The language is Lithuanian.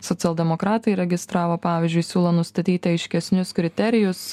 socialdemokratai įregistravo pavyzdžiui siūlo nustatyti aiškesnius kriterijus